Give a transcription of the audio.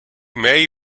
may